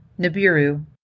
nibiru